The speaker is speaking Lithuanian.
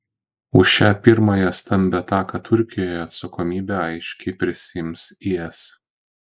už šią pirmąją stambią ataką turkijoje atsakomybę aiškiai prisiėmė is